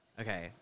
Okay